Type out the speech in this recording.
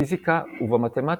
בפיזיקה ובמתמטיקה.